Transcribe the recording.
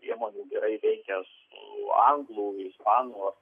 priemonių gerai veikia anglų ispanų ar